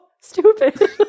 stupid